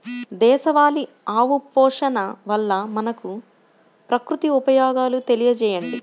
దేశవాళీ ఆవు పోషణ వల్ల మనకు, ప్రకృతికి ఉపయోగాలు తెలియచేయండి?